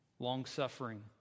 long-suffering